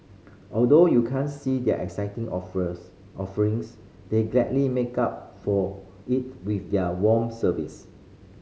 although you can't see their exciting offerings they gladly make up for it with their warm service